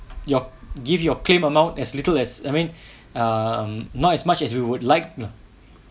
your give your claim amount as little as I mean um not as much as we would like lah